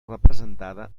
representada